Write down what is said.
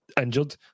injured